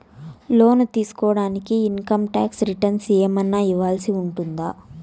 లోను తీసుకోడానికి income tax returns ఏమన్నా ఇవ్వాల్సి ఉంటుందా